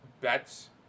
bets